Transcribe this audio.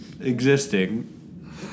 existing